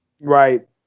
right